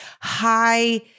high